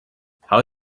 how